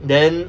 then